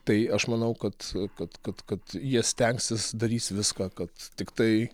tai aš manau kad kad kad kad jie stengsis darys viską kad tiktai